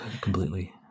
completely